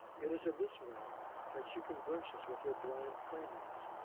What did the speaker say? it is in this way that she converses with her blind playmates,